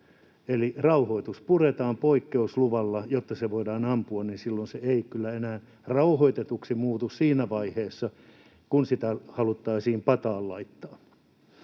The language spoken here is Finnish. kun rauhoitus puretaan poikkeusluvalla, jotta se voidaan ampua, niin silloin se ei kyllä enää rauhoitetuksi muutu siinä vaiheessa, kun sitä haluttaisiin pataan laittaa.